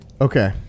Okay